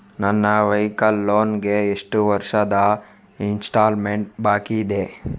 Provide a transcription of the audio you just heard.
ನನ್ನ vehicle loan ಗೆ ಎಷ್ಟು ವರ್ಷದ ಇನ್ಸ್ಟಾಲ್ಮೆಂಟ್ ಬಾಕಿ ಇದೆ?